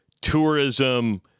tourism